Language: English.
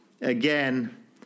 Again